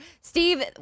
Steve